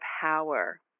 power